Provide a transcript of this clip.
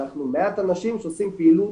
אנחנו מעט אנשים שעושים פעילות